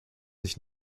nicht